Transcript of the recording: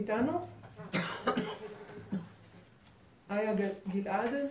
איה גל עד,